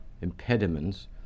impediments